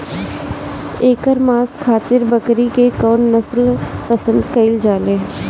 एकर मांस खातिर बकरी के कौन नस्ल पसंद कईल जाले?